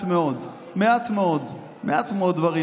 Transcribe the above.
מעט מאוד דברים,